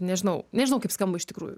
nežinau nežinau kaip skamba iš tikrųjų